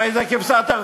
הרי זו כבשת הרש.